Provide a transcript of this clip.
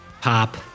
pop